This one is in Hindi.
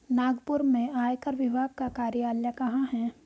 नागपुर में आयकर विभाग का कार्यालय कहाँ है?